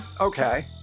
Okay